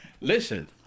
Listen